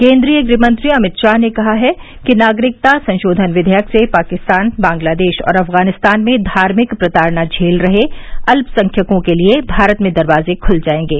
केन्द्रीय गृहमंत्री अमित शाह ने कहा है कि नागरिकता संशोधन विधेयक से पाकिस्तान बांग्लादेश और अफगानिस्तान में धार्मिक प्रताड़ना झेल रहे अल्पसंख्यकों के लिए भारत में दरवाजे खुल जाएंगे